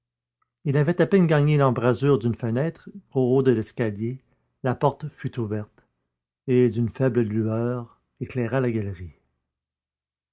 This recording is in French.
il avait à peine gagné l'embrasure d'une fenêtre qu'au haut de l'escalier la porte fut ouverte et qu'une faible lueur éclaira la galerie